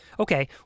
Okay